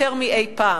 יותר מאי-פעם.